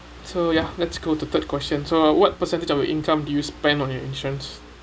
so ya let's go to third question so what percentage of your income do you spend on your insurance